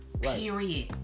Period